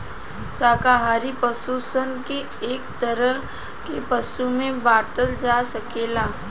शाकाहारी पशु सन के एक तरह के पशु में बाँटल जा सकेला